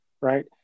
right